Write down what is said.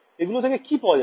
এগুলো থেকে কি পাওয়া যাবে